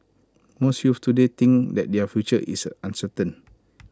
most youths today think that their future is uncertain